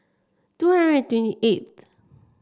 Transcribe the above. twenty eight